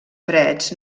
freds